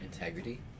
Integrity